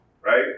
Right